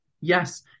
yes